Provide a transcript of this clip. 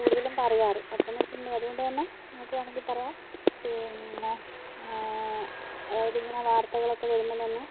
കൂടുതലും പറയാറ് അപ്പന്ന് വെച്ചിട്ടൊണ്ടെങ്കിൽ അതുകൊണ്ടു തന്നെ നമുക്ക് വേണമെങ്കിൽ പറയാം പിന്നെ അതായതിങ്ങനെ വർത്തകളൊക്കെ വരുമ്പം തന്നെ